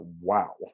wow